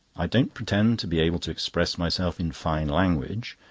i don't pretend to be able to express myself in fine language,